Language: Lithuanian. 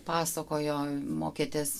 pasakojo mokytis